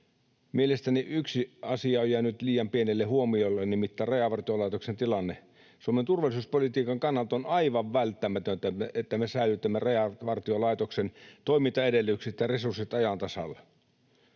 Mielestäni yksi asia on jäänyt liian pienelle huomiolle, nimittäin Rajavartiolaitoksen tilanne. Suomen turvallisuuspolitiikan kannalta on aivan välttämätöntä, että me säilytämme Rajavartiolaitoksen toimintaedellytykset ja resurssit ajan tasalla.